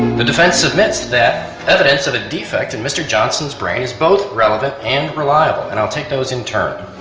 the defence submits that evidence of a defect in mr johnson's brain is both relevant and reliable and i'll take those in turn.